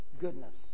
goodness